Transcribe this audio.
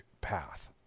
path